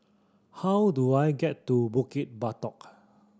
how do I get to Bukit Batok